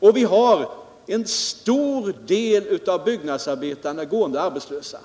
och vi har en stor del av byggnadsarbetarna gående arbetslösa.